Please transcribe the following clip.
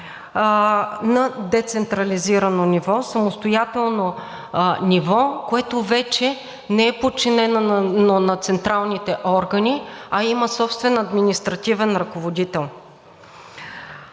на децентрализирано ниво, самостоятелно ниво, което вече не е подчинено на централните органи, а има собствен административен ръководител.